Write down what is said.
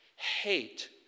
Hate